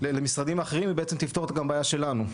למשרדים אחרים בעצם תפתור גם את הבעיה שלנו,